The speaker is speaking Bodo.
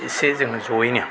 एसे जों जयैनो